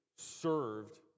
served